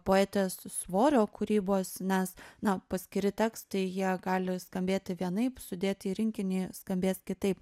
poetės svorio kūrybos nes na paskiri tekstai jie gali skambėti vienaip sudėti į rinkinį skambės kitaip